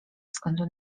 względu